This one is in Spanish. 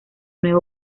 nueva